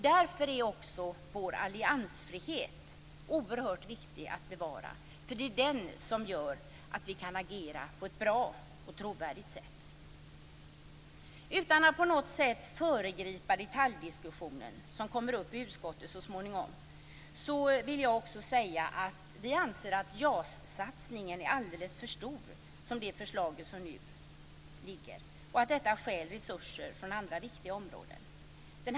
Därför är också vår alliansfrihet oerhört viktig att bevara. Det är den som gör att vi kan agera på ett bra och trovärdigt sätt. Utan att på något sätt föregripa detaljdiskussionen som kommer upp i utskottet så småningom vill jag också säga att vi anser att JAS-satsningen enligt det förslag som nu ligger är alldeles för stor och att detta stjäl resurser från andra viktiga områden.